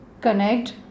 connect